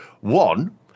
One